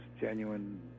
genuine